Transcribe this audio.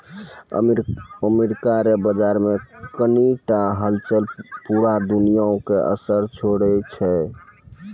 America रो धन बाजार मे कनी टा हलचल पूरा दुनिया मे असर छोड़ै छै